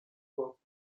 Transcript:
twelfth